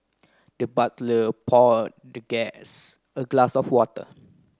the butler pour the guess a glass of water